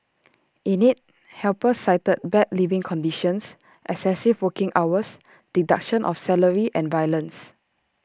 in IT helpers cited bad living conditions excessive working hours deduction of salary and violence